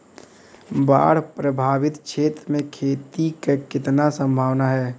बाढ़ प्रभावित क्षेत्र में खेती क कितना सम्भावना हैं?